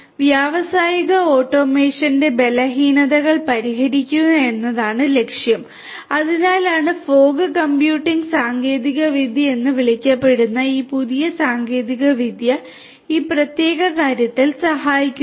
അതിനാൽ വ്യാവസായിക ഓട്ടോമേഷന്റെ ബലഹീനതകൾ പരിഹരിക്കുക എന്നതാണ് ലക്ഷ്യം അതിനാലാണ് ഫോഗ് കമ്പ്യൂട്ടിംഗ് സാങ്കേതികവിദ്യ എന്ന് വിളിക്കപ്പെടുന്ന ഈ പുതിയ സാങ്കേതികവിദ്യ ഈ പ്രത്യേക കാര്യത്തിൽ സഹായിക്കുന്നത്